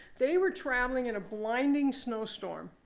they were traveling in a blinding snowstorm,